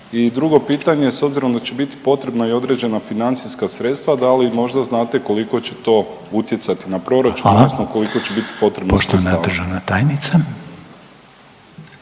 drugo pitanje s obzirom da će biti potrebna i određena financijska sredstva da li možda znate koliko će to utjecati na proračun …/Upadica: